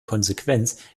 konsequenz